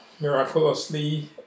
miraculously